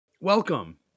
Welcome